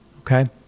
Okay